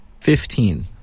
fifteen